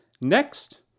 Next